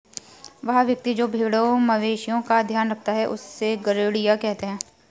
वह व्यक्ति जो भेड़ों मवेशिओं का ध्यान रखता है उससे गरेड़िया कहते हैं